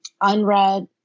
unread